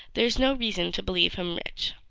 there was no reason to believe him rich.